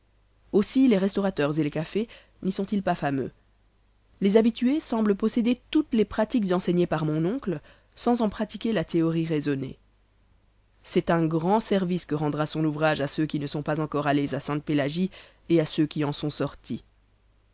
aussi les restaurateurs et les cafés n'y sont-ils pas fameux les habitués semblent posséder toutes les pratiques enseignées par mon oncle sans en pratiquer la théorie raisonnée c'est un grand service que rendra son ouvrage à ceux qui ne sont pas encore allés à sainte-pélagie et à ceux qui en sont sortis